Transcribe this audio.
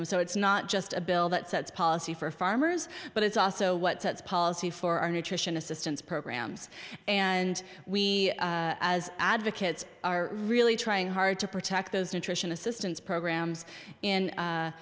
em so it's not just a bill that sets policy for farmers but it's also what sets policy for our nutrition assistance programs and we as advocates are really trying hard to protect those nutrition assistance programs